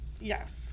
Yes